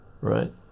right